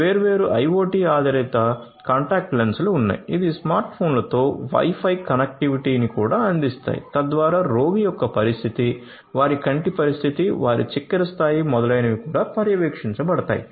వేర్వేరు IOT ఆధారిత contact లెన్సులు ఉన్నాయి ఇవి స్మార్ట్ ఫోన్లతో వై ఫై కనెక్టివిటీని కూడా అందిస్తాయి తద్వారా రోగి యొక్క పరిస్థితి వారి కంటి పరిస్థితి వారి చక్కెర స్థాయి మొదలైనవి కూడా పర్యవేక్షించబడతాయి